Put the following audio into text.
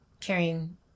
carrying